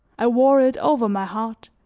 i wore it over my heart,